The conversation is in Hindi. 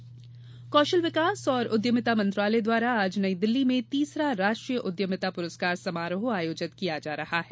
उद्यमिता पुरस्कार कौशल विकास और उद्यमिता मंत्रालय द्वारा आज नई दिल्ली में तीसरा राष्ट्रीय उद्यमिता पुरस्कार समारोह आयोजित किया जा रहा है